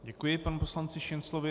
Děkuji panu poslanci Šinclovi.